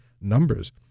numbers